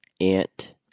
Ant